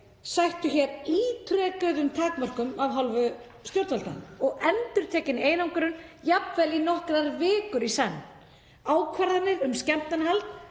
sættu ítrekuðum takmörkunum af hálfu stjórnvalda og endurtekinni einangrun, jafnvel nokkrar vikur í senn. Ákvarðanir um skemmtanahald